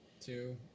Two